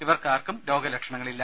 ഇവർക്കാർക്കും രോഗ ലക്ഷണങ്ങളില്ല